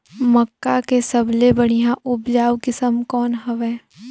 मक्का के सबले बढ़िया उपजाऊ किसम कौन हवय?